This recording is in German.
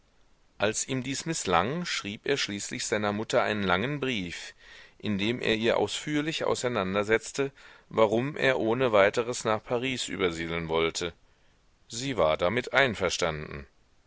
als ihm dies mißlang schrieb er schließlich seiner mutter einen langen brief in dem er ihr ausführlich auseinandersetzte warum er ohne weiteres nach paris übersiedeln wollte sie war damit einverstanden